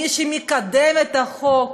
מי שמקדם את החוק,